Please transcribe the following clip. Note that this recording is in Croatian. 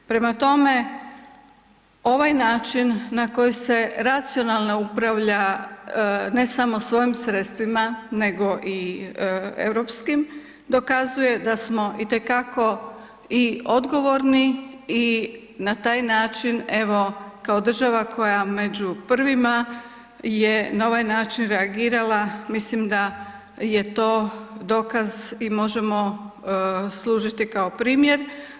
Prema tome, ovaj način na koji se racionalno upravlja ne samo svojim sredstvima nego i europskim dokazuje da smo odgovorni i na taj način kao država koja je među prvima na ovaj način reagirala, mislim da je to dokaz i možemo služiti kao primjer.